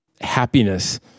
happiness